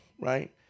right